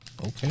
Okay